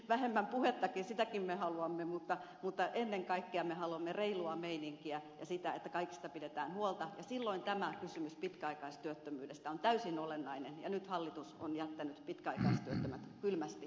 vähemmän puhettakin sitäkin me haluamme mutta ennen kaikkea me haluamme reilua meininkiä ja sitä että kaikista pidetään huolta ja silloin tämä kysymys pitkäaikaistyöttömyydestä on täysin olennainen ja nyt hallitus on jättänyt pitkäaikaistyöttömät kylmästi yksin